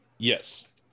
yes